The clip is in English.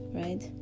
right